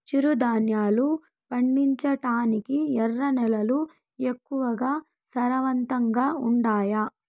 చిరుధాన్యాలు పండించటానికి ఎర్ర నేలలు ఎక్కువగా సారవంతంగా ఉండాయా